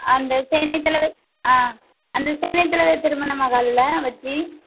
அந்த சேனை தலைவர் ஆ அந்த சேனை தலைவர் திருமண மஹால்ல வச்சு